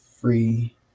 free